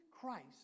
Christ